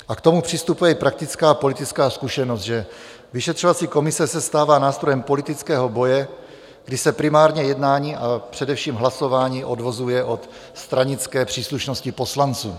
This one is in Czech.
A k tomu přistupuje i praktická a politická zkušenost, že vyšetřovací komise se stává nástrojem politického boje, kdy se primárně jednání, a především hlasování odvozuje od stranické příslušnosti poslanců.